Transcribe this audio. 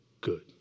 good